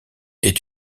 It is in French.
est